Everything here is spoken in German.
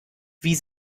wie